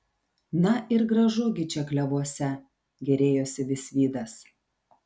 na ir gražu gi čia klevuose gėrėjosi visvydas